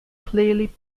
clearly